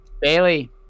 Bailey